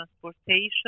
transportation